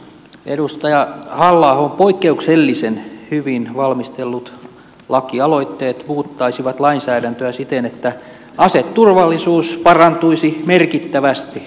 edustaja halla ahon poikkeuksellisen hyvin valmistellut lakialoitteet muuttaisivat lainsäädäntöä siten että aseturvallisuus parantuisi merkittävästi nykytilanteesta